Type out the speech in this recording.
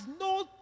no